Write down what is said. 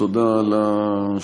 תודה על השאילתה,